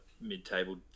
mid-table